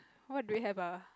what do we have ah